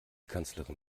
kanzlerin